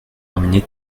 terminé